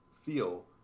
feel